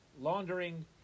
laundering